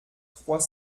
trois